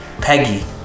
Peggy